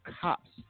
cops